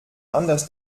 anders